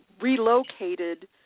relocated